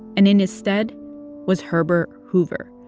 and in his stead was herbert hoover,